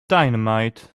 dynamite